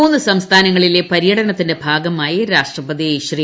മൂന്ന് സംസ്ഥാനങ്ങളിലെ പര്യടനത്തിന്റെ ഭാഗമായി രാഷ്ട്രപതി ശ്രീ